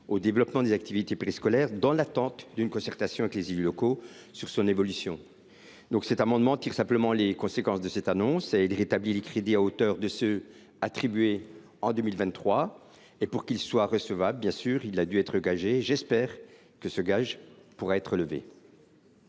au développement des activités périscolaires, dans l’attente d’une concertation avec les élus locaux sur son évolution. Cet amendement vise simplement à tirer les conséquences de cette annonce, en rétablissant les crédits à la hauteur de ceux qui ont été attribués en 2023. Pour qu’il soit recevable, il a dû être gagé. J’espère que ce gage pourra être levé.